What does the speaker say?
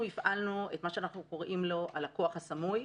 אנחנו הפעלנו את מה שאנחנו קוראים לו "הלקוח הסמוי".